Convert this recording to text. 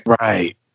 Right